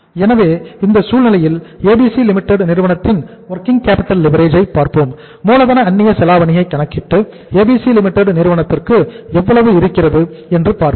எனவே இந்த சூழ்நிலையில் ABC Limited நிறுவனத்தின் வொர்கிங் கேப்பிட்டல் லிவரேஜ் ஐ கணக்கிடுகிறோம்